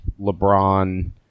LeBron